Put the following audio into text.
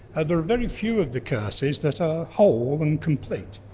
ah there are very few of the curses that are whole and complete.